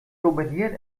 dominieren